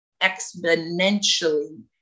exponentially